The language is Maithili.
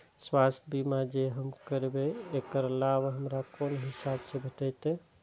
स्वास्थ्य बीमा जे हम करेब ऐकर लाभ हमरा कोन हिसाब से भेटतै?